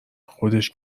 خودش